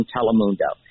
Telemundo